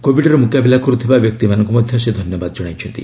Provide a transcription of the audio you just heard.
କୋବିଡ୍ର ମୁକାବିଲା କରୁଥିବା ବ୍ୟକ୍ତିମାନଙ୍କୁ ମଧ୍ୟ ସେ ଧନ୍ୟବାଦ ଜଣାଇଛନ୍ତି